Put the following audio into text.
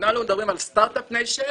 כולנו מדברים על סטרטאפ ניישן,